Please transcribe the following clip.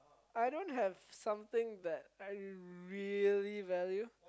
I don't have something that I really value